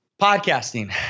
podcasting